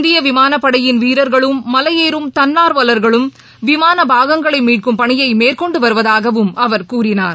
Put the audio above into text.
இந்திய விமானப்படையின் வீரர்களும் மலையேறும் தன்னார்வலர்களும் விமான பாகங்களை மீட்கும் பணியை மேற்கொண்டு வருவதாகவும் அவர் கூறினார்